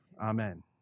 Amen